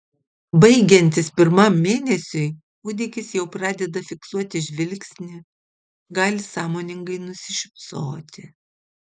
baigiantis pirmam mėnesiui kūdikis jau pradeda fiksuoti žvilgsnį gali sąmoningai nusišypsoti